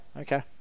Okay